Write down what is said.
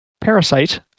parasite